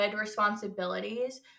responsibilities